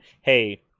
hey